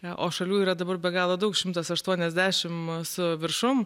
ne o šalių yra dabar be galo daug šimtas aštuoniasdešimt su viršum